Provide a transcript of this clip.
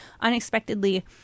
unexpectedly